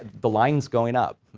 the lines going up,